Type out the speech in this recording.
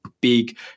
big